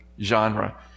genre